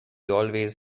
always